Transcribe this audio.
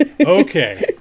Okay